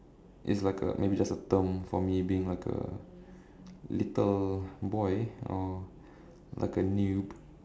it's like a maybe just a term for me being like a little boy or like a noob